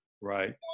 right